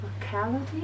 locality